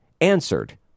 answered